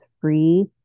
free